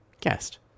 Guest